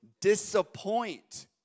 disappoint